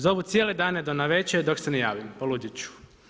Zovu cijele dane do navečer dok se ne javim, poludjeti ću.